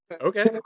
Okay